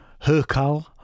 Herkal